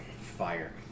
fire